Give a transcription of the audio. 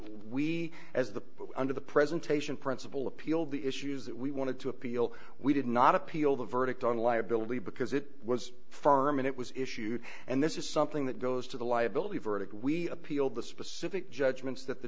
we as the under the presentation principle appealed the issues that we wanted to appeal we did not appeal the verdict on liability because it was firm and it was issued and this is something that goes to the liability verdict we appealed the specific judgments that the